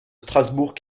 strasbourg